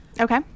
Okay